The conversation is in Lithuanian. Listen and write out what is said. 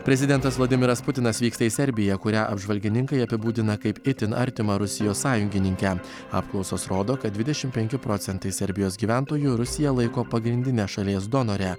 prezidentas vladimiras putinas vyksta į serbiją kurią apžvalgininkai apibūdina kaip itin artimą rusijos sąjungininkę apklausos rodo kad dvidešim penki procentai serbijos gyventojų rusiją laiko pagrindine šalies donore